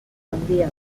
handia